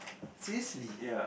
seriously